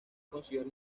consiguió